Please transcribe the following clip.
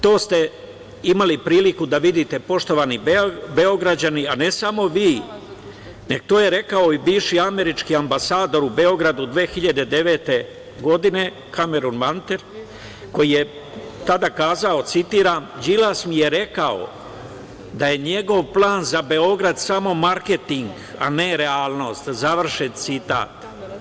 To ste imali priliku da vidite poštovani Beograđani, a ne samo vi nego to je rekao i bivši američki ambasador u Beogradu 2009. godine Kameron Manter koji je tada kazao, citiram – Đilas mi je rekao da je njegov plan za Beograd samo marketing, a ne realnost, završen citat.